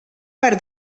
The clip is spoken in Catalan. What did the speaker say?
per